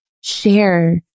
share